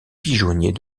pigeonniers